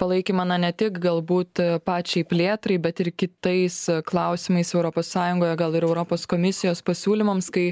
palaikymą na ne tik galbūt pačiai plėtrai bet ir kitais klausimais europos sąjungoje gal ir europos komisijos pasiūlymams kai